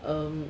um